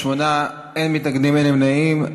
בעד, 28, אין מתנגדים, אין נמנעים.